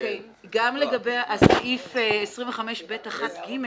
גם לגבי סעיף 25ב1(ג):